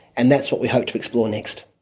and that's what we hope to explore next.